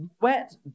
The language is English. Wet